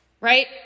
right